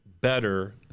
better